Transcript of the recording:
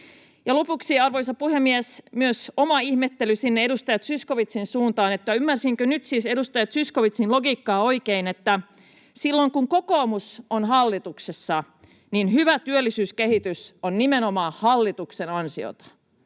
lopuksi, arvoisa puhemies, myös oma ihmettely sinne edustaja Zyskowiczin suuntaan. Ymmärsinkö nyt siis edustaja Zyskowiczin logiikkaa oikein, että silloin kun kokoomus on hallituksessa, niin hyvä työllisyyskehitys on nimenomaan hallituksen ansiota,